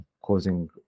causing